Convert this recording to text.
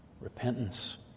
Repentance